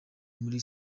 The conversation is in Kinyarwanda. muri